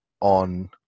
on